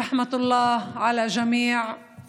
רחמי האל על כל המתים.